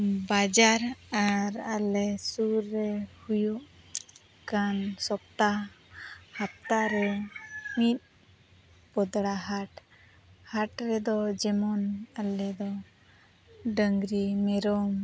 ᱵᱟᱡᱟᱨ ᱟᱨ ᱟᱞᱮ ᱥᱩᱨ ᱨᱮ ᱦᱩᱭᱩᱜ ᱠᱟᱱ ᱥᱚᱯᱛᱟ ᱦᱟᱯᱛᱟ ᱨᱮ ᱢᱤᱫ ᱵᱚᱫᱲᱟ ᱦᱟᱴ ᱦᱟᱴ ᱨᱮᱫᱚ ᱡᱮᱢᱚᱱ ᱟᱞᱮ ᱫᱚ ᱰᱟᱹᱝᱨᱤ ᱢᱮᱨᱚᱢ